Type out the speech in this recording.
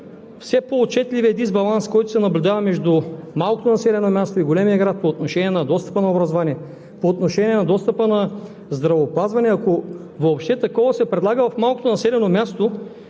все по-отчетливият дисбаланс, който се наблюдава между малкото населено място и големия град по отношение на достъпа до образование, по отношение на достъпа до здравеопазване, ако въобще такова се предлага в малкото населено място,